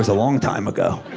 ah long time ago.